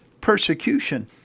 Persecution